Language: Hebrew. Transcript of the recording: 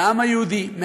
לעם היהודי,